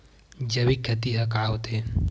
जैविक खेती ह का होथे?